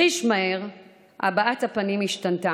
חיש מהר הבעת הפנים השתנתה,